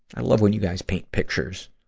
i love when you guys paint pictures.